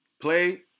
play